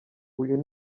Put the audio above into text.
uyu